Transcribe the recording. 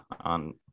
on